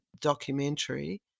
documentary